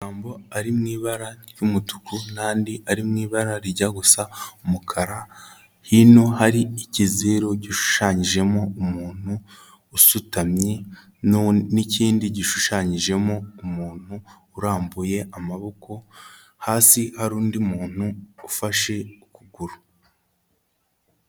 Amagambo ari mu ibara ry'umutuku n'andi ari mu ibara rijya gusa umukara, hino hari ikizeru gishushanyijemo umuntu usutamye n'ikindi gishushanyijemo umuntu urambuye amaboko. Hasi hari undi muntu ufashe ukuguru.